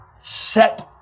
set